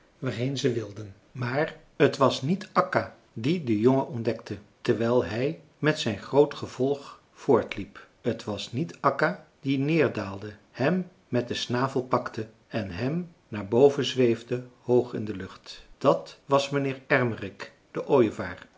waarheen ze wilden maar t was niet akka die den jongen ontdekte terwijl hij met zijn groot gevolg voortliep t was niet akka die neerdaalde hem met den snavel pakte en met hem naar boven zweefde hoog in de lucht dat was mijnheer ermerik de ooievaar